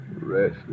rest